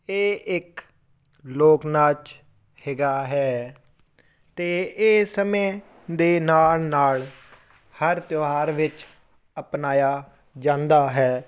ਇਹ ਇੱਕ ਲੋਕ ਨਾਚ ਹੈਗਾ ਹੈ ਅਤੇ ਇਹ ਸਮੇਂ ਦੇ ਨਾਲ ਨਾਲ ਹਰ ਤਿਉਹਾਰ ਵਿੱਚ ਅਪਣਾਇਆ ਜਾਂਦਾ ਹੈ